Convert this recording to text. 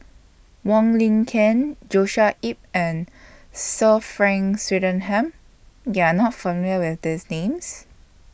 Wong Lin Ken Joshua Ip and Sir Frank Swettenham YOU Are not familiar with These Names